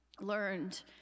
learned